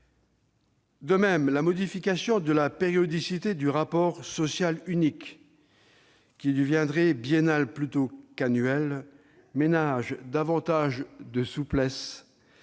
De même, la modification de la périodicité du rapport social unique, qui deviendrait biennal plutôt qu'annuel, ménage davantage de souplesse